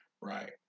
right